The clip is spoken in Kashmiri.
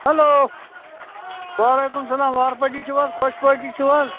ہیٚلو وعلیکُم سَلام وارٕ پٲٹھۍ چھِوٕ حظ خۄش پٲٹھی چھِو حظ